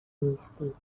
نیستید